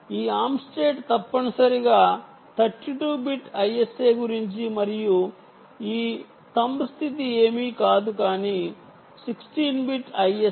ఈ arm state తప్పనిసరిగా 32 bit ISA గురించి మరియు ఈ బొటనవేలు స్థితి ఏమీ కాదు కానీ 16 బిట్ ISA